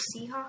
Seahawks